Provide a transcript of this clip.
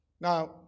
Now